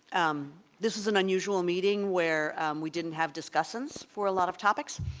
um this is an unusual meeting where we didn't have discussants for a lot of topics.